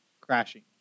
crashing